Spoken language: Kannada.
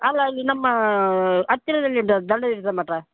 ಅಲ್ಲ ಅಲ್ಲಿ ನಮ್ಮ ಹತ್ತಿರದಲ್ಲಿ ಉಂಟಲ್ಲ ದಂಡತೀರ್ಥ ಮಠ